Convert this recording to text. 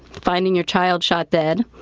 finding your child shot dead,